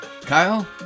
Kyle